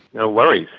no worries.